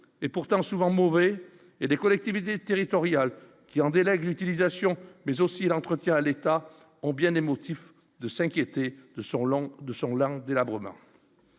et pourtant souvent mauvais et des collectivités territoriales qui en délègue utilisation mais aussi l'entretien à l'État en bien des motifs de s'inquiéter de son long de